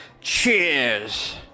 Cheers